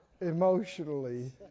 emotionally